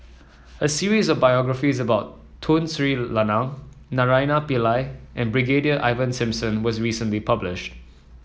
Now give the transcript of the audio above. a series of biographies about Tun Sri Lanang Naraina Pillai and Brigadier Ivan Simson was recently published